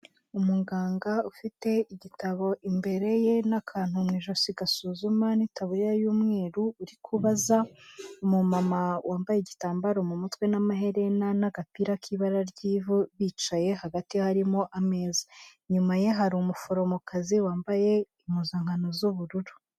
Umuganga ufite igitabo imbere ye n'akantu mu ijosi gasuzuma n'itaburiya y'umweru uri kubaza umumama wambaye igitambaro mu mutwe n'amaherena n'agapira k'ibara ry'ivu bicaye hagati harimo ameza, inyuma ye hari umuforomokazi wambaye impuzankano z'ubururu.